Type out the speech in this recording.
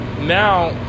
now